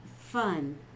fun